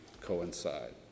coincide